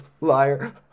liar